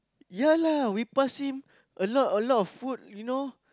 ya lah we pass him a lot a lot of food you know